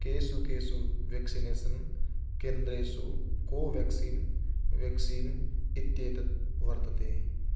केषु केषु वेक्सिनेसन् केन्द्रेषु कोवेक्सिन् वेक्सीन् इत्येतत् वर्तते